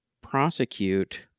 prosecute